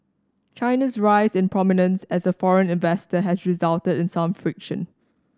China's rise in prominence as a foreign investor has resulted in some friction